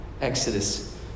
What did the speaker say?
Exodus